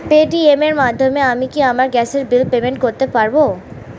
Paytm এর মাধ্যমে আমি কি আমার গ্যাসের বিল পেমেন্ট করতে পারব?